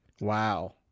wow